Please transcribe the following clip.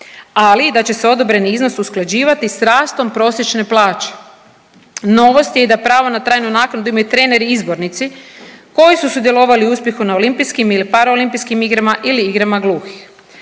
ali da će se odobreni iznos usklađivati s rastom prosječne plaće. Novost je i da pravo na trajnu naknadu imaju treneri izbornici koji su sudjelovali u uspjehu na olimpijskim ili paraolimpijskim igrama ili igrama gluhih.